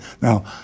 Now